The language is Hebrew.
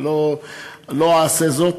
אבל אני לא אעשה זאת,